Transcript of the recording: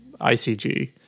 ICG